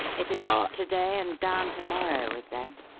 it is up to-day and down to-morrow with them.